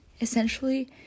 Essentially